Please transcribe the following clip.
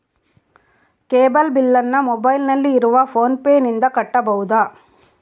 Cable ಬಿಲ್ಲನ್ನು ಮೊಬೈಲಿನಲ್ಲಿ ಇರುವ ಫೋನ್ ಪೇನಿಂದ ಕಟ್ಟಬಹುದಾ?